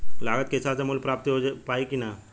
लागत के हिसाब से मूल्य प्राप्त हो पायी की ना?